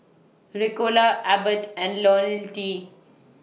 Ricola Abbott and Ionil T